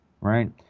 right